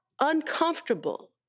uncomfortable